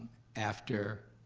after